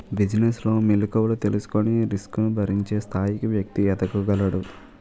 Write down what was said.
business లో మెలుకువలు తెలుసుకొని రిస్క్ ను భరించే స్థాయికి వ్యక్తి ఎదగగలడు